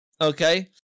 Okay